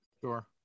Sure